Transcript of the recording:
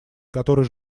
который